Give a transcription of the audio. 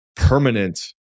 permanent